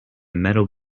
metal